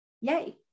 yay